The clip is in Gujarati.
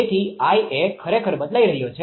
તેથી I એ ખરેખર બદલાઈ રહ્યો છે